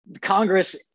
Congress